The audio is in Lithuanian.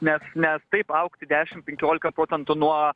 nes nes taip augti dešimt penkiolika procentų nuo